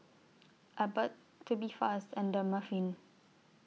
Abbott Tubifast and Dermaveen